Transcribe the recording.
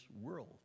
world